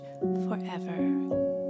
forever